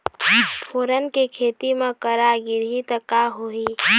फोरन के खेती म करा गिरही त का होही?